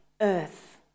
earth